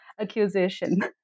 accusation